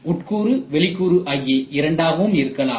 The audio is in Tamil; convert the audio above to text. உட்கூறு வெளிக்கூறு ஆகிய இரண்டாகவும் இருக்கலாம்